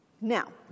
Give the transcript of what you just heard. Now